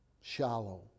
shallow